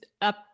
up